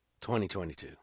2022